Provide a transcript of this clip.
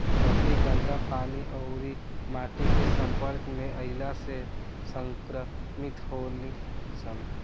बकरी गन्दा पानी अउरी माटी के सम्पर्क में अईला से संक्रमित होली सन